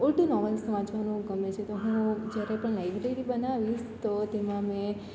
ઊલટી નૉવેલ્સ વાંચવાનું ગમે છે તો હું જ્યારે પણ લાઇબ્રેરી બનાવીશ તો તેમાં મેં